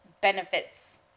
benefits